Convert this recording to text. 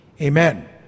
Amen